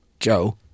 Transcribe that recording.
Joe